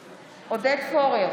פורר,